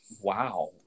Wow